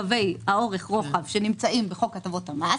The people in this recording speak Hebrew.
קווי האורך והרוחב שנמצאת בחוק הטבות המס,